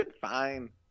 fine